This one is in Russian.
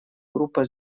группа